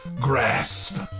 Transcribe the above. GRASP